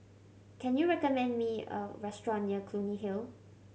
can you recommend me a restaurant near Clunny Hill